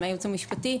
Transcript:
מהייעוץ המשפטי,